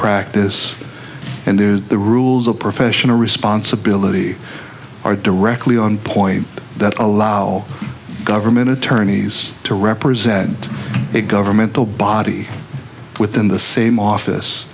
practice and is the rules of professional responsibility are directly on point that allow government attorneys to represent a governmental body within the same office